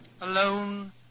Alone